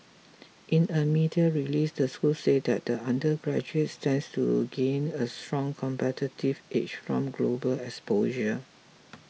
in a media release the school said that the undergraduates stand to gain a strong competitive edge from global exposure